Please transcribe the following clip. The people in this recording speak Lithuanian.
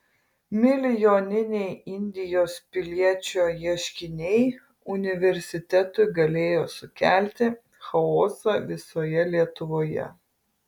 milijoniniai indijos piliečio ieškiniai universitetui galėjo sukelti chaosą visoje lietuvoje